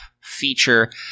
feature